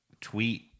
tweet